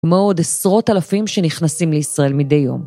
כמו עוד עשרות אלפים שנכנסים לישראל מדי יום.